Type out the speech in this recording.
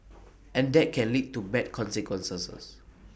and that can lead to bad consequences